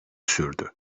sürdü